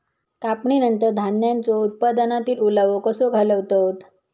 कापणीनंतर धान्यांचो उत्पादनातील ओलावो कसो घालवतत?